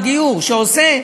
הגיור, שעושה,